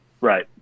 Right